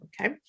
Okay